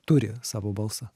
turi savo balsą